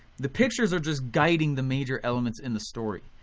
the pictures are just guiding the major elements in the story.